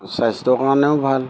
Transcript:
স্বাস্থ্য কাৰণেও ভাল